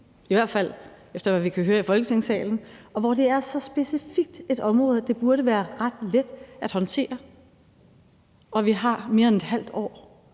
i hvert fald efter hvad vi kan høre i Folketingssalen, og hvor det er så specifikt et område, at det burde være ret let at håndtere, og vi har mere end et halvt år